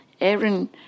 Aaron